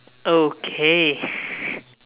okay